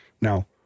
now